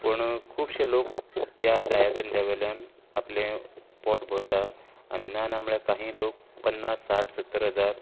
पूण खूबशें लोक ह्या जाया धंद्या वेल्यान आपलें पोट भरता आनी ना ना म्हळ्यार काही लोक पन्नास साठ सत्तर हजार